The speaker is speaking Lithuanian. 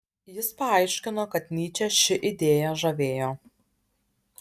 jis paaiškino kad nyčę ši idėja žavėjo